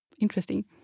interesting